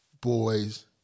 boys